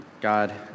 God